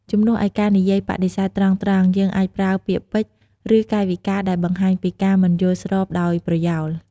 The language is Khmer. ជំនួសឲ្យការនិយាយបដិសេធត្រង់ៗ យើងអាចប្រើពាក្យពេចន៍ ឬកាយវិការដែលបង្ហាញពីការមិនយល់ស្របដោយប្រយោល។